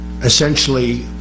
essentially